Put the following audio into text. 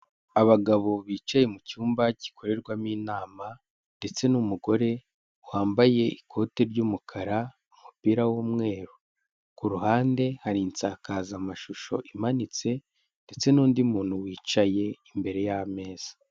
Abagabo bicaye mu cyumba gikorerwamo inama ndetse n'umugore wambaye ikote ry'umukara n'umupira w'umweru, ku ruhande hari insakazamashusho imanitse ndetse n'undi muntu wicaye imbere y'ameza.